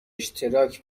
اشتراک